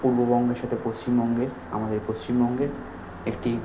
পূর্ববঙ্গের সাথে পশ্চিমবঙ্গের আমাদের পশ্চিমবঙ্গের একটি